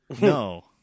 No